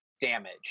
damage